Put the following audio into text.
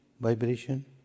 vibration